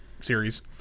series